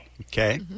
Okay